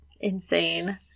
Insane